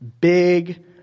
Big